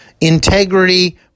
Integrity